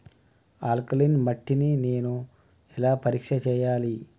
Alkaline మట్టి ని నేను ఎలా పరీక్ష చేయాలి?